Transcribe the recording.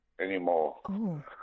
anymore